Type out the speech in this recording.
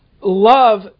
love